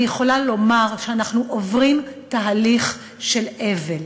אני יכולה לומר שאנחנו עוברים תהליך של אבל.